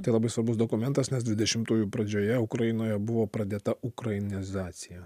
tai labai svarbus dokumentas nes dvidešimtųjų pradžioje ukrainoje buvo pradėta ukrainizacija